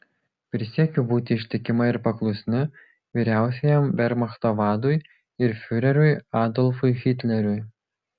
prisiekiu būti ištikima ir paklusni vyriausiajam vermachto vadui ir fiureriui adolfui hitleriui